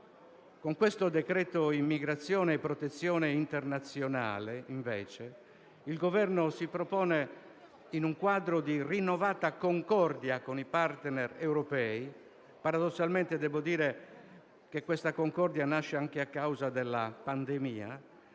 Con questo decreto immigrazione e protezione internazionale, invece, il Governo si propone, in un quadro di rinnovata concordia con i *partner* europei - che, paradossalmente, devo dire che nasce anche a causa della pandemia